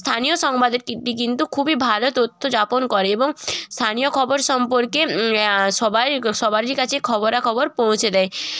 স্থানীয় সংবাদের কীর্তি কিন্তু খুবই ভালো তথ্য যাপন করে এবং স্থানীয় খবর সম্পর্কে সবাই সবারির কাছে খবরা খবর পৌঁছে দেয়